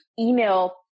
email